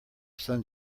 sun